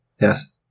Yes